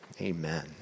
Amen